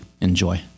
Enjoy